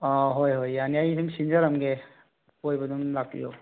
ꯑꯥ ꯍꯣꯏ ꯍꯣꯏ ꯌꯥꯅꯤ ꯑꯩ ꯁꯨꯝ ꯁꯤꯟꯖꯔꯝꯒꯦ ꯀꯣꯏꯕ ꯑꯗꯨꯝ ꯂꯥꯛꯄꯤꯌꯣ